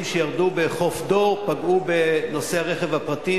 שירדו בחוף דור פגעו בנוסעי הרכב הפרטי.